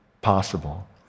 possible